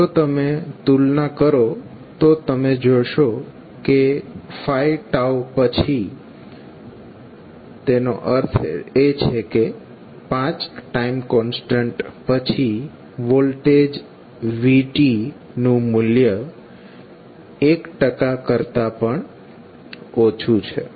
જો તમે તુલના કરો તો તમે જોશો કે 5પછી તેનો અર્થ 5 ટાઈમ કોન્સ્ટન્ટ પછી વોલ્ટેજ v નું મૂલ્ય 1 કરતા પણ ઓછું છે